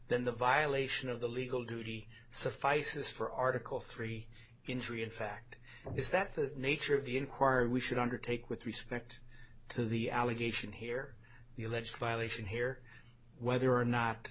then the violation of the legal duty suffices for article three injury in fact is that the nature of the inquiry we should undertake with respect to the allegation here the alleged violation here whether or not